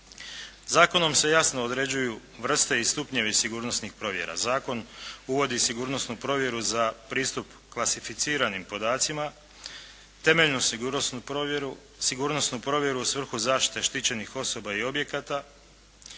Zakonom se jasno određuju vrste i stupnjevi sigurnosnih provjera. Zakon uvodi sigurnosnu provjeru za pristup klasificiranim podacima, temeljnu sigurnosnu provjeru, sigurnosnu provjeru u svrhu zaštite štićenih osoba i objekata,